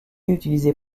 utilisait